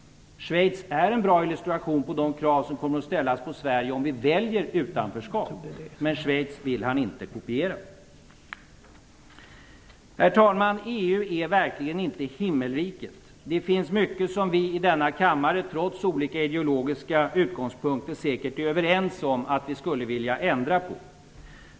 Schweiz är en bra illustration på de krav som kommer att ställas på Sverige om vi väljer ett utanförskap, men Per Gahrton vill inte kopiera Schweiz. Herr talman! EU är verkligen inte himmelriket. Det finns mycket som vi i denna kammare, trots olika ideologiska utgångspunkter, säkert är överens om att vi skulle vilja ändra på.